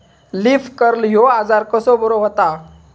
Leaf curl ह्यो आजार कसो बरो व्हता?